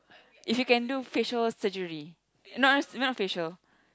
if you can do facial surgery not not facial